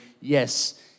yes